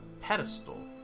pedestal